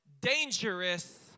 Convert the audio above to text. Dangerous